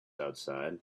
outside